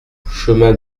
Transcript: chemin